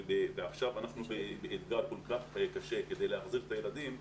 ועכשיו אנחנו באתגר כל כך קשה כדי להחזיר את הילדים,